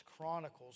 Chronicles